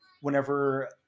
whenever